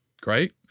great